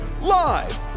Live